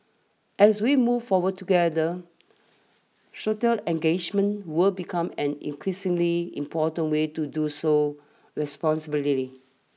as we move forward together engagement will become an increasingly important way to do so responsibly